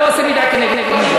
אני לא עושה מידה כנגד מידה.